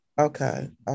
Okay